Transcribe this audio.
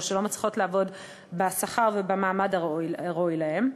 או שלא מצליחות לעבוד בשכר ובמעמד הראויים להן,